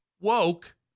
woke